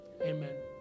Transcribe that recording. Amen